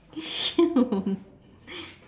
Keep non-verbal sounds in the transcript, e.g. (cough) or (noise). ya (laughs)